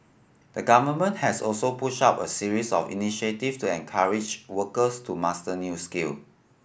the Government has also pushed out a series of initiative to encourage workers to master new skill